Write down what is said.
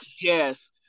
yes